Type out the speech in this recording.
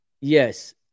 Yes